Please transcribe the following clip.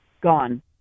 gone